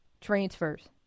transfers